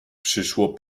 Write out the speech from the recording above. przyszło